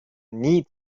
nie